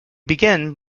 begin